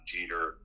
Jeter